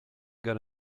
got